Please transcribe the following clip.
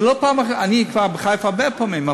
אני בחיפה הרבה פעמים,